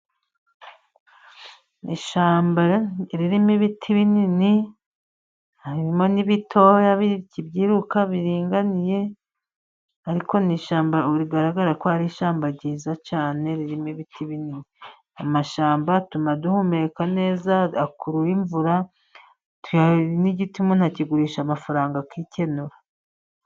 Ishyamba ririmo ibiti binini, harimo n'ibitoya bikibyiruka biringaniye, ariko ni ishyamba rigaragara ko ari ishyamba ryiza cyane ririmo ibiti binini, amashyamba atuma duhumeka neza, akurura imvura n'igiti umuntu akigurisha amafaranga akikenura.